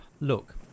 Look